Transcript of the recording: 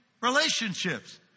relationships